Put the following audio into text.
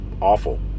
awful